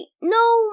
no